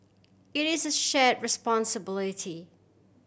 it is a share responsibility